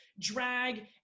drag